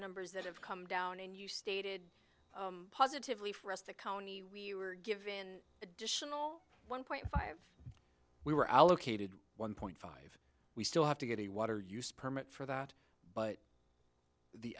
numbers that have come down and you stated positively for us the county we were given additional one point five we were allocated one point five we still have to get a water use permit for that but the